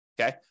Okay